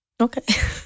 okay